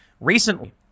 recently